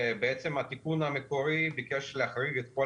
בעצם התיקון המקורי ביקש להחריג את כל